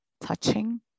touching